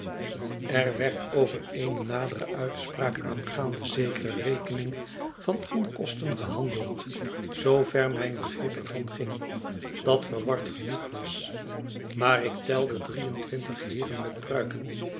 er werd over eene nadere uitspraak aangaande zekere rekening van onkosten gehandeld zoover mijn begrip er van ging dat verward genoeg was maar ik telde drie en twintig heeren met pruiken